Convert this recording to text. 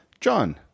John